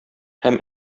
һәм